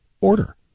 order